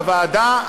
בוועדה,